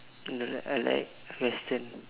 I don't like I like Western